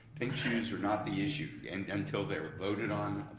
pink shoes are not the issue and until they are voted on,